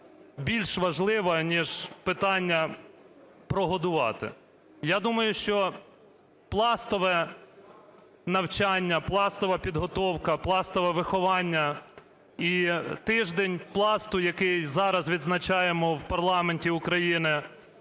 більш важливе, ніж питання прогодувати. Я думаю, що пластове навчання, пластова підготовка, пластове виховання і тиждень "Пласту", який зараз відзначаємо в парламенті України,